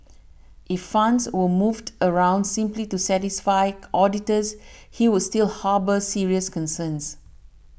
if funds were moved around simply to satisfy auditors he would still harbour serious concerns